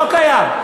לא קיים.